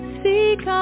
seek